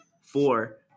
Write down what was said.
four